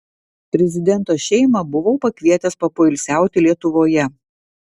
prezidento šeimą buvau pakvietęs papoilsiauti lietuvoje